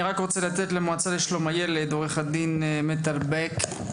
אני רוצה לתת את זכות הדיבור לעו"ד מיטל בק מהמועצה לשלום הילד.